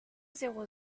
zéro